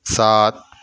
सात